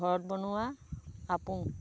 ঘৰত বনোৱা আপুং